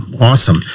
awesome